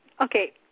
okay